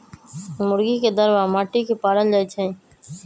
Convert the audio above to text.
मुर्गी के दरबा माटि के पारल जाइ छइ